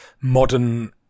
modern